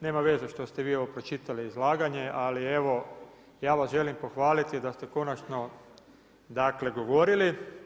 Nema veze što ste vi ovo pročitali izlaganje, ali evo ja vas želim pohvaliti da ste konačno, dakle govorili.